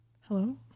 Hello